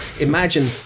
imagine